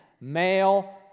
male